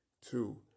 Two